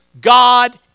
God